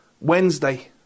Wednesday